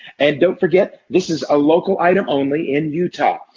and don't forget this is a local item only in utah.